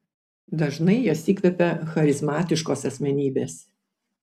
dažnai jas įkvepia charizmatiškos asmenybės